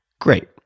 Great